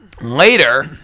Later